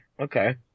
Okay